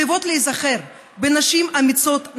חייבים להיזכר בנשים אמיצות,